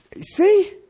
See